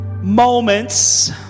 moments